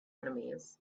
enemies